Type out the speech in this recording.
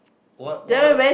one one